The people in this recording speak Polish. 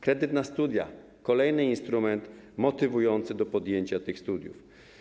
Kredyt na studia to kolejny instrument motywujący do pojęcia tych studiów.